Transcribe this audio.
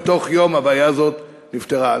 ובתוך יום הבעיה הזאת נפתרה.